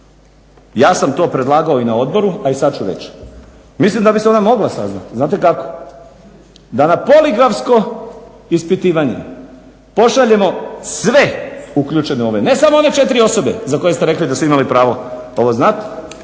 ja sam to predlagao i na Odboru, a i sad ću reći. Mislim da bi se ona mogla saznati. Znate kako? Da na poligrafsko ispitivanje pošaljemo sve uključene u ove ne samo one četiri osobe za koje ste rekli da su imali pravo ovo znati,